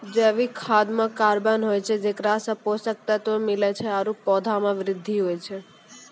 जैविक खाद म कार्बन होय छै जेकरा सें पोषक तत्व मिलै छै आरु पौधा म वृद्धि होय छै